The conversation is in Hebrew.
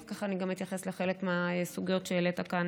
ואחר כך אני גם אתייחס לחלק מהסוגיות שהעלית כאן,